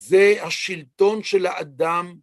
זה השלטון של האדם.